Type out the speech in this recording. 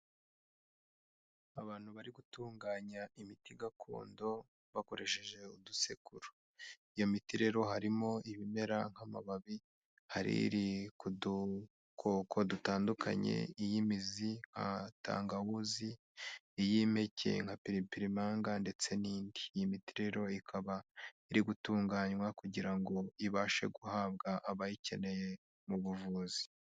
Abantu bari gutunganya imiti gakondo, bakoresheje udusekuro, iyo miti rero harimo ibimera nk'amababi, hari iri ku dukoko dutandukanye iy'imizi nka tangawuzi, iy'impeke nka pripirimanga ndetse n'indi, iyo miti rero ikaba iri gutunganywa kugira ngo ibashe guhabwa abayikeneye mu buvuzi.